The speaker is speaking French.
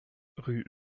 rue